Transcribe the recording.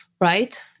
Right